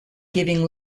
giving